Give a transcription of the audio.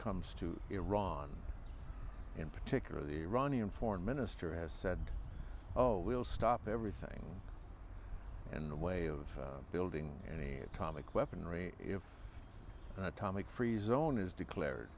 comes to iran in particular the iranian foreign minister has said oh we'll stop everything in the way of building any atomic weaponry if atomic free zone is declared